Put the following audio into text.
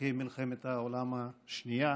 ותיקי מלחמת העולם השנייה,